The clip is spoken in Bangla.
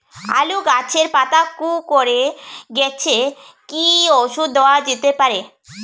আলু গাছের পাতা কুকরে গেছে কি ঔষধ দেওয়া যেতে পারে?